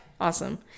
awesome